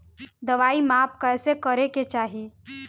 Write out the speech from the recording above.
दवाई माप कैसे करेके चाही?